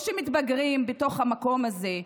או שמתבגרים בתוך המקום הזה,